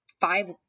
five